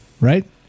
right